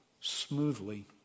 smoothly